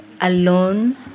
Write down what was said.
alone